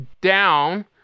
down